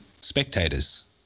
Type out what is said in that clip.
spectators